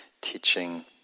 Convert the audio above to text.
teaching